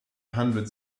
hundred